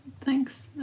Thanks